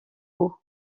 eau